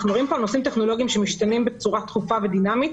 אנחנו מדברים פה על נושאים טכנולוגיים שמשתנים בצורה תכופה ודינמית,